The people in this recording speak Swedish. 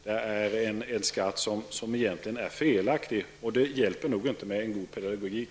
Detta är en skatt som egentligen är felaktig, och i ett sådant läge hjälper det nog inte med en god pedagogik.